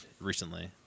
recently